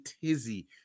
tizzy